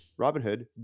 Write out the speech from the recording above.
Robinhood